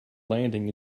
landing